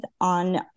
on –